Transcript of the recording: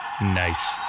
Nice